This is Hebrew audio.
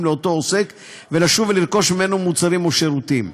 לאותו עוסק ולשוב ולרכוש ממנו מוצרים או שירותים.